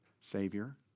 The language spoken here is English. Savior